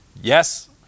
Yes